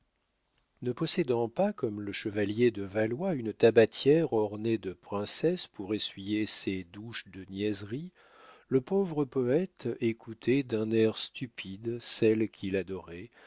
ne possédant pas comme le chevalier de valois une tabatière ornée de princesses pour essuyer ces douches de niaiseries le pauvre poète écoutait d'un air stupide celle qu'il adorait